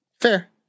Fair